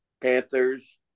Panthers